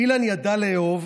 אילן ידע לאהוב